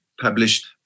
published